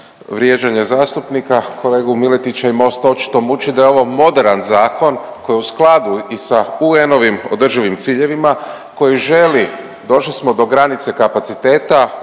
vrijeđanje zastupnika. Kolegu Miletića i Most očito muči da je ovo moderan zakon koji je u skladu i sa UN-ovim održivim ciljevima koji želi, došli smo do granice kapaciteta,